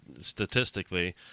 statistically